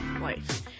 life